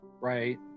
Right